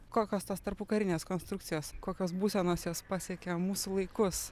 kokios tos tarpukarinės konstrukcijos kokios būsenos jos pasiekė mūsų laikus